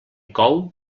cou